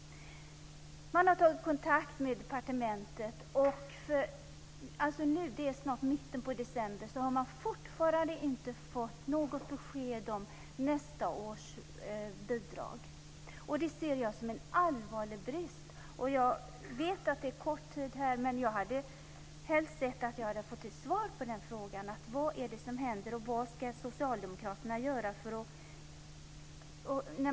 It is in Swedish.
Man har tagit kontakt med departementet, men fortfarande - det är snart mitten av december - har man inte fått något besked om nästa års bidrag. Det ser jag som en allvarlig brist. Jag vet att det nu är kort om tid, men jag hade helst sett att jag hade fått ett svar på frågan: Vad är det som händer, och vad ska socialdemokraterna göra?